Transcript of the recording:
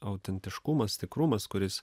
autentiškumas tikrumas kuris